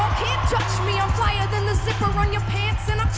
touch me i'm flyer than the zipper on your pants and